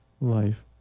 life